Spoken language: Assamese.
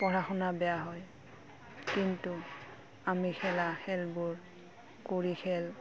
পঢ়া শুনা বেয়া হয় কিন্তু আমি খেলা খেলবোৰ কুৰি খেল